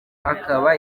akaba